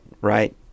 right